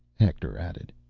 hector added.